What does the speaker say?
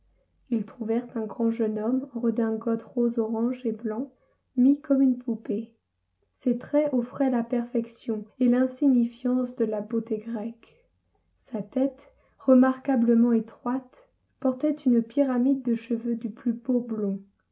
ils trouvèrent un grand jeune homme en redingote rose orange et blanc mis comme une poupée ses traits offraient la perfection et l'insignifiance de la beauté grecque sa tête remarquablement étroite portait une pyramide de cheveux du plus beau blond